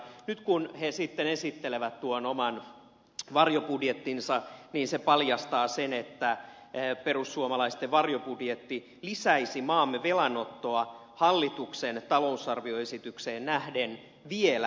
nyt kun he sitten esittelevät tuon oman varjobudjettinsa niin se paljastaa sen että perussuomalaisten varjobudjetti lisäisi maamme velanottoa hallituksen talousarvioesitykseen nähden vielä enempi